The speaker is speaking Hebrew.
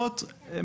להערכתנו,